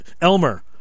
Elmer